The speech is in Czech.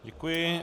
Děkuji.